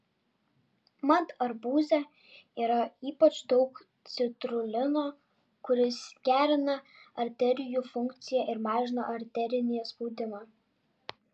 mat arbūze yra ypač daug citrulino kuris gerina arterijų funkciją ir mažina arterinį spaudimą